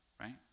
right